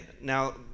now